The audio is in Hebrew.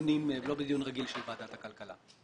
בדיון רגיל של ועדת הכלכלה.